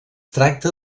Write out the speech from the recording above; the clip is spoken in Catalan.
tracta